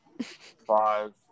five